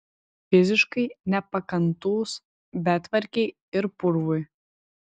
fiziškai nepakantūs betvarkei ir purvui